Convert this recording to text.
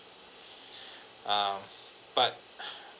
ah but